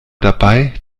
dabei